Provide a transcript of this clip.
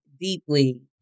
deeply